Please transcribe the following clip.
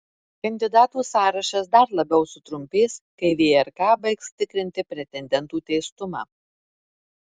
kandidatų sąrašas dar labiau sutrumpės kai vrk baigs tikrinti pretendentų teistumą